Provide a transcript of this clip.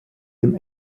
dem